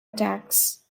attacks